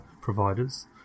providers